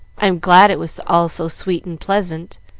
i'm glad it was all so sweet and pleasant.